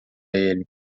ele